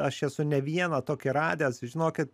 aš esu ne vieną tokį radęs žinokit